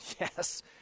Yes